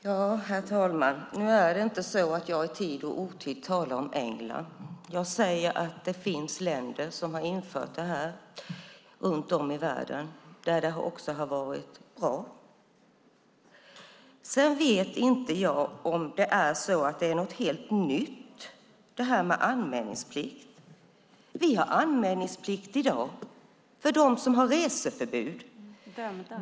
Herr talman! Nu är det inte så att jag i tid och otid talar om England. Jag säger att det finns länder som har infört detta runt om i världen, där det också har varit bra. Sedan vet inte jag om detta med anmälningsplikt är något helt nytt. Vi har i dag anmälningsplikt för dem som har reseförbud.